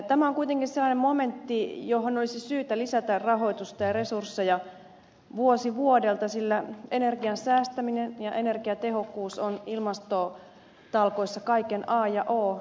tämä on kuitenkin sellainen momentti johon olisi syytä lisätä rahoitusta ja resursseja vuosi vuodelta sillä energian säästäminen ja energiatehokkuus ovat ilmastotalkoissa kaiken a ja o